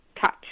touch